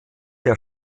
der